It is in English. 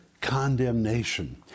condemnation